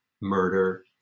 murder